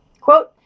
Quote